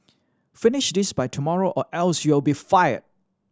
finish this by tomorrow or else you'll be fired